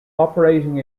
operating